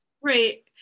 right